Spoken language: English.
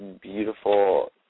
beautiful